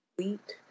Sweet